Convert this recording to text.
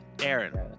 Aaron